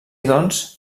doncs